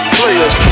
players